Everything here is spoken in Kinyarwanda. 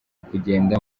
kugenda